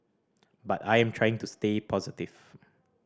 but I am trying to stay positive